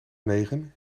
negen